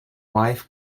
wife